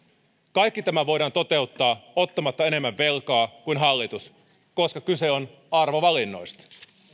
kaikki tämä voidaan toteuttaa ottamatta enemmän velkaa kuin hallitus koska kyse on arvovalinnoista